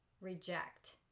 reject